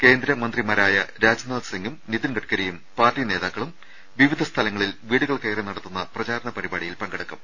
കേന്ദ്രമന്ത്രിമാരായ രാജ്നാഥ്സിംഗും നിതിൻഗഡ്ക രിയും പാർട്ടി നേതാക്കളും വിവിധ സ്ഥലങ്ങളിൽ വീടു കൾ കയറി നടത്തുന്ന പ്രചാരണ പരിപാടിയിൽ പങ്കെ ടുക്കും